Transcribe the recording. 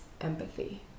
empathy